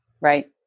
Right